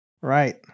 Right